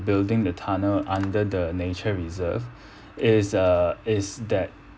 building the tunnel under the nature reserve is uh is that